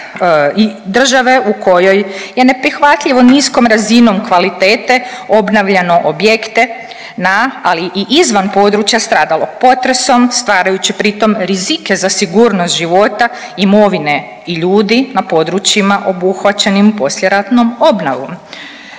to države u kojoj je neprihvatljivo niskom razinom kvalitete obnavljano objekte na, ali i izvan područja stradalog potresom stvarajući pri tom rizike za sigurnost života imovine i ljudi na područjima obuhvaćenim poslijeratnom obnovom?